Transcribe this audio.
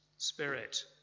Spirit